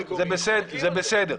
זה בסדר,